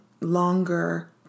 longer